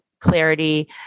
clarity